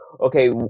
okay